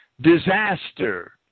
disaster